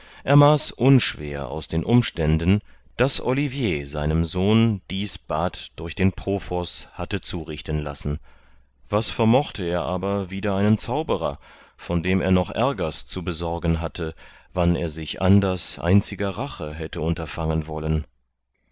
mann ermaß unschwer aus den umständen daß olivier seinem sohn dies bad durch den profos hatte zurichten lassen was vermochte er aber wider einen zauberer von dem er noch ärgers zu besorgen hatte wann er sich anders einziger rache hätte unterfangen wollen